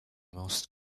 most